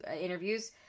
interviews